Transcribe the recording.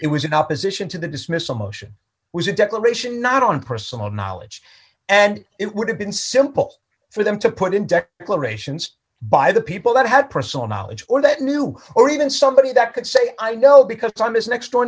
it was in opposition to the dismissal motion was a declaration not on personal knowledge and it would have been simple for them to put in clear ations by the people that had personal knowledge or that knew or even somebody that could say i know because i'm his next door